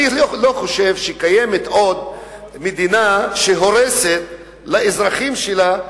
אני לא חושב שקיימת עוד מדינה שהורסת לאזרחים שלה,